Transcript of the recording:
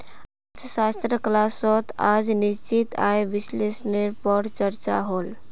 अर्थशाश्त्र क्लास्सोत आज निश्चित आय विस्लेसनेर पोर चर्चा होल